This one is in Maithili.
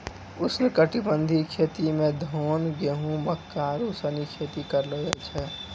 उष्णकटिबंधीय खेती मे धान, गेहूं, मक्का आरु सनी खेती करलो जाय छै